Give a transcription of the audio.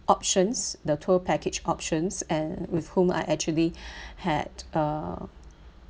options the tour package options and with whom I actually had uh